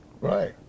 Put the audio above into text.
Right